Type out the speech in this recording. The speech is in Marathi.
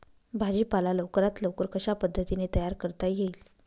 भाजी पाला लवकरात लवकर कशा पद्धतीने तयार करता येईल?